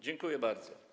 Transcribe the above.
Dziękuję bardzo.